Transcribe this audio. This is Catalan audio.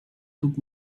tub